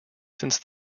since